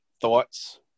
thoughts